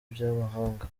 by’amahanga